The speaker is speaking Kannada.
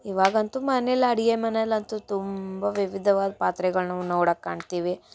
ಇವಾಗಂತೂ ಮನೆಲಿ ಅಡುಗೆ ಮನೆಯಲ್ಲಂತೂ ತುಂಬ ವಿವಿಧವಾದ ಪಾತ್ರೆಗಳನ್ನೂ ನೋಡಕ ಕಾಣ್ತಿವಿ